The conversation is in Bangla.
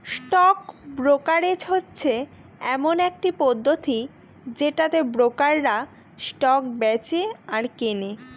স্টক ব্রোকারেজ হচ্ছে এমন একটি পদ্ধতি যেটাতে ব্রোকাররা স্টক বেঁচে আর কেনে